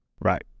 Right